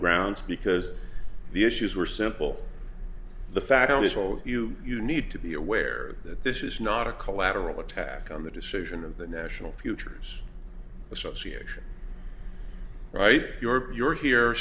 grounds because the issues were simple the fact is will you you need to be aware that this is not a collateral attack on the decision of the national futures association right you're